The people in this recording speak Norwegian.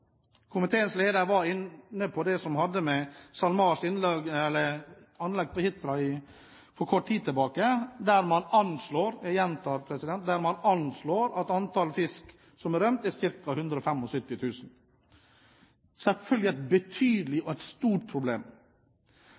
Komiteens leder var inne på det som skjedde ved SalMars anlegg på Hitra for kort tid tilbake, der man anslår – jeg gjentar at man anslår – at antall fisk som er rømt, er ca. 175 000. Det er selvfølgelig et betydelig og stort problem.